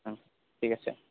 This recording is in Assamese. ঠিক আছে